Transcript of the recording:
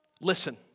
Listen